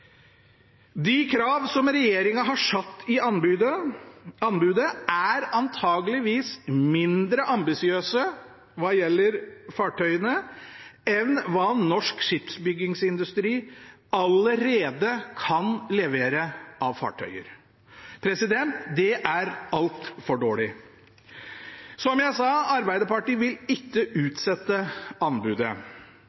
De krav som regjeringen har satt i anbudet, er antageligvis mindre ambisiøse hva gjelder fartøyene, enn hva norsk skipsbyggingsindustri allerede kan levere av fartøyer. Det er altfor dårlig. Som jeg sa, Arbeiderpartiet vil ikke